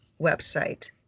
website